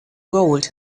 gold